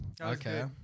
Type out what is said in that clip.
Okay